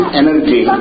energy